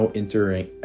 entering